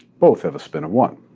both have a spin of one.